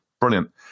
brilliant